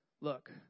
look